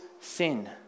sin